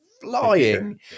flying